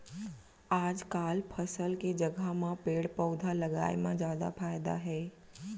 आजकाल फसल के जघा म पेड़ पउधा लगाए म जादा फायदा हे